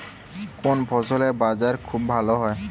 কেমন ফসলের বাজার খুব ভালো হয়?